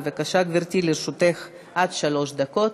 בבקשה, גברתי, לרשותך עד שלוש דקות.